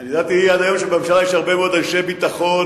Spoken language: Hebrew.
אני ידעתי עד היום שבממשלה יש הרבה מאוד אנשי ביטחון,